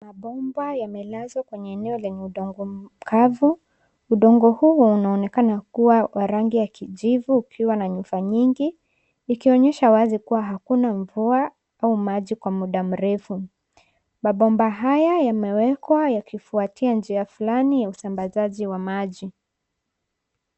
Mabomba yamelazwa kwenye eneo lenye udongo mkavu. Udongo huo unaonekana kuwa wa rangi ya kijivu ukiwa na nyufa nyingi ikionyesha wazi kuwa akuna mvua au maji kwa muda mrefu. Mabomba haya yamewekwa yakifuatia njia fulani ya usambazaji wa maji.